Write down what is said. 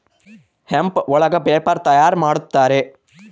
hemp ಒಳಗ paper ತಯಾರ್ ಮಾಡುತ್ತಾರೆ